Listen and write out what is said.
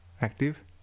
Active